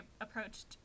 approached